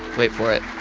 wait for it